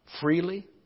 freely